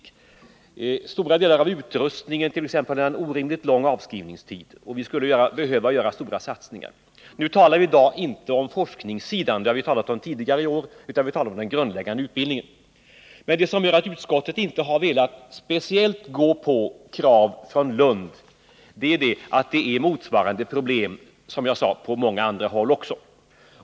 Stora delar av utrustningen t.ex. har en orimligt lång avskrivningstid. Nu talar vi emellertid i dag inte om forskningssidan — den har vi talat om tidigare i år — utan om den grundläggande utbildningen. Men anledningen till att utskottet inte har velat gå med på speciellt kraven från Lund är att motsvarande problem, som jag sade, finns på många andra håll också.